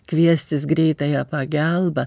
kviestis greitąją pagalbą